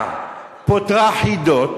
"והשיטה פותרה חידות